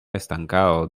estancado